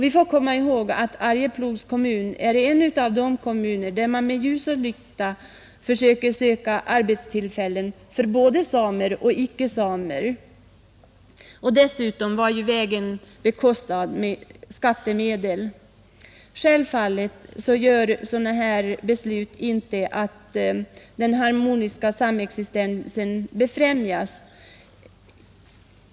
Vi får komma ihåg att Arjeplogs kommun är en av de kommuner där man med ljus och lykta söker efter arbetstillfällen både för samer och icke-samer. Dessutom var ju vägen bekostad med skattemedel. Självfallet gör sådana här beslut inte att den harmoniska samexistensen befrämjas.